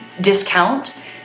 discount